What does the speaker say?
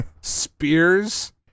Spears